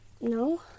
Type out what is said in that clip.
No